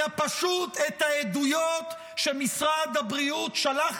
אלא פשוט את העדויות שמשרד הבריאות שלח